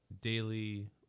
daily